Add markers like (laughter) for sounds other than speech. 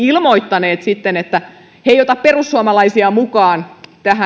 (unintelligible) ilmoittaneet että he eivät ota perussuomalaisia mukaan